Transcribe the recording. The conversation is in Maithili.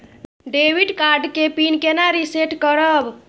डेबिट कार्ड के पिन केना रिसेट करब?